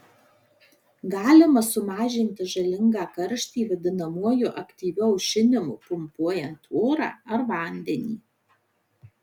galima sumažinti žalingą karštį vadinamuoju aktyviu aušinimu pumpuojant orą ar vandenį